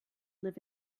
live